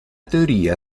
teoria